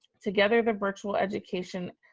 together, the virtual education,